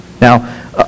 Now